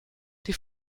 die